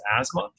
asthma